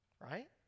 Right